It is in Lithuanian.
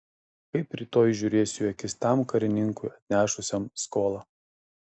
kaip rytoj žiūrėsiu į akis tam karininkui atnešusiam skolą